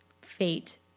fate